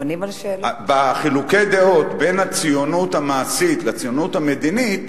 בחילוקי הדעות בין הציונות המעשית לציונות המדינית